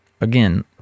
again